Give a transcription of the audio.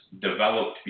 developed